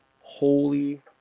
Holy